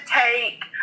take